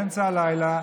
באמצע הלילה,